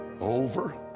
over